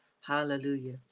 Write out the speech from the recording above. hallelujah